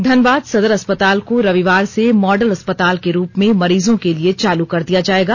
धनबाद सदर अस्पताल को रविवार से मॉडल अस्पताल के रूप में मरीजों के लिए चालू कर दिया जाएगा